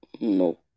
No